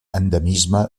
endemisme